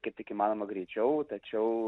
kaip tik įmanoma greičiau tačiau